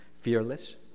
fearless